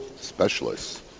specialists